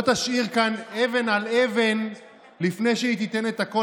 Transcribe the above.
לא תשאיר כאן אבן על אבן לפני שהיא תיתן את הכול